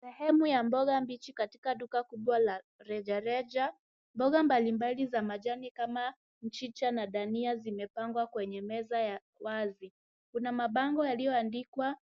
Sehemu ya mboga mbichi katika duka kubwa la rejareja. Mboga mbalimbali za majani kama mchicha na dania zimepangwa kwenye meza ya wazi. Kuna mabango yaliyoandikwa